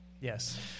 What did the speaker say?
Yes